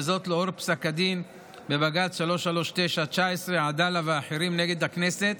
וזאת לאור פסק הדין בבג"ץ 3390/19 עדאלה ואחרים נ' הכנסת,